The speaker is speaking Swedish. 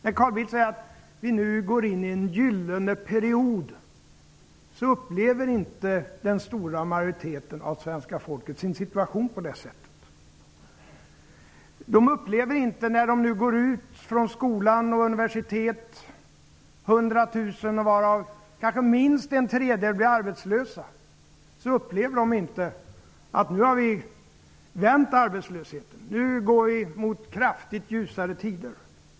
När Carl Bildt säger att vi nu går in i en gyllene period upplever inte den stora majoriteten av svenska folket sin situation på det sättet. När nu 100 000, varav minst en tredjedel blir arbetslösa, nu går ut från skolan och universitet upplever de inte att arbetslösheten nu har vänt och att vi nu går mot kraftigt ljusare tider.